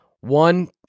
one